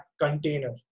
container